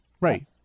right